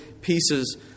pieces